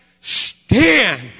stand